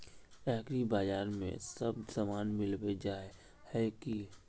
एग्रीबाजार में सब सामान मिलबे जाय है की?